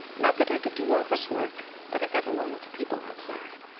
not that i could do office work, but i got along with the people outside.